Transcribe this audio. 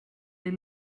they